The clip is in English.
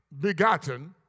begotten